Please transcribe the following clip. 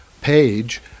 page